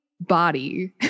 body